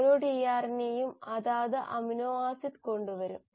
ഓരോ ടിആർഎൻഎയും അതാത് അമിനോ ആസിഡ് കൊണ്ടുവരും